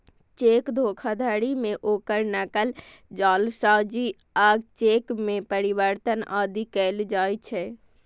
cheque धोखाधड़ी मे ओकर नकल, जालसाजी आ चेक मे परिवर्तन आदि कैल जाइ छै